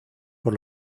por